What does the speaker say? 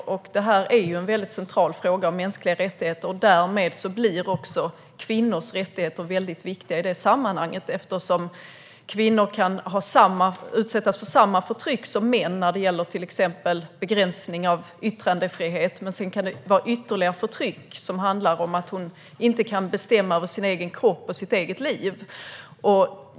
Mänskliga rättigheter är en väldigt central fråga, och därmed blir även kvinnors rättigheter väldigt viktiga i sammanhanget. Kvinnor kan nämligen utsättas för samma förtryck som män när det gäller till exempel begränsning av yttrandefrihet, men sedan kan det vara ytterligare förtryck som handlar om att kvinnan inte kan bestämma över sin egen kropp och sitt eget liv.